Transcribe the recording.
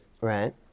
right